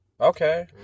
Okay